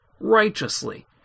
righteously